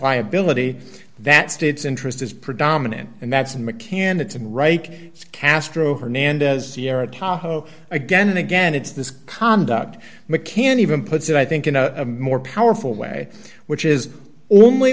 liability that state's interest is predominant and that's mechanics and reich castro hernandez sierra tahoe again and again it's this conduct mccann even puts it i think in a more powerful way which is only